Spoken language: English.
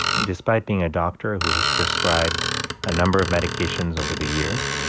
and despite being a doctor who has prescribed a number of medications over the years,